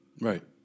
Right